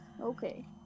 Okay